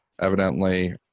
evidently